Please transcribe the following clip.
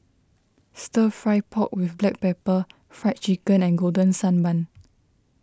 Stir Fry Pork with Black Pepper Fried Chicken and Golden Sand Bun